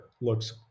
looks